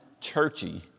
churchy